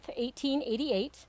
1888